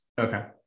Okay